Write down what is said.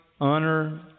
honor